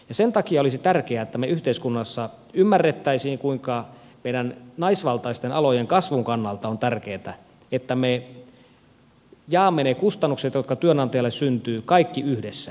sen takia olisi tärkeää että me yhteiskunnassa ymmärtäisimme kuinka meidän naisvaltaisten alojen kasvun kannalta on tärkeätä että me jaamme ne kustannukset jotka työnantajalle syntyvät kaikki yhdessä